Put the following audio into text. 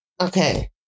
Okay